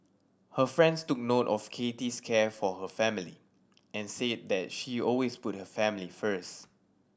her friends took note of Kathy's care for her family and said that she always put her family first